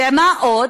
ומה עוד?